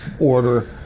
order